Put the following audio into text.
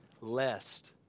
lest